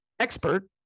Expert